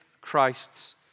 Christ's